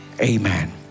Amen